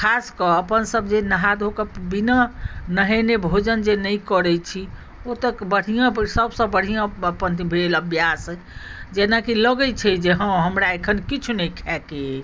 खास कऽ अपनसब जे नहा धो कऽ बिना नहेने भोजन जे नहि करैत छी ओ तऽ बढ़िआँ सबसँ बढ़िआँ अपन भेल अभ्यास जेनाकि लगैत छै जे हँ हमरा एखन किछु नहि खाएके अछि